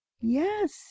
yes